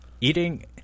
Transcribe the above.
eating